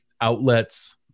outlets